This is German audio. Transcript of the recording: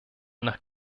nach